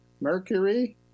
mercury